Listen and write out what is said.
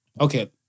okay